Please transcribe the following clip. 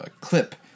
clip